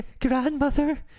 grandmother